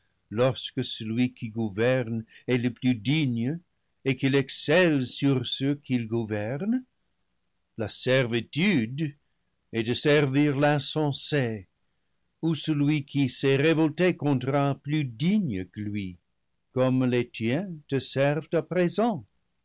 lorsque celui qui gouverne est le plus digne et qu'il excelle sur ceux qu'il gouverne la servitude est de servir l'insensé ou celui qui s'est révolté contre un plus digne que lui comme les tiens te servent à présent